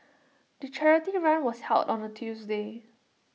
the charity run was held on A Tuesday